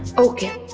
okay?